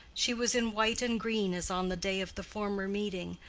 she was in white and green as on the day of the former meeting,